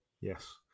Yes